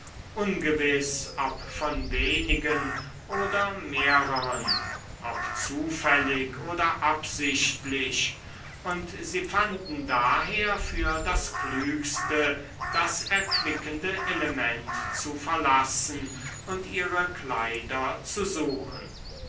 ungewiß ob von wenigen oder mehrern ob zufällig oder absichtlich und sie fanden daher für das klügste das erquickende element zu verlassen und ihre kleider zu suchen